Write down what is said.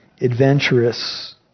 adventurous